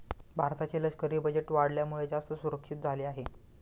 भारताचे लष्करी बजेट वाढल्यामुळे, जास्त सुरक्षित झाले आहे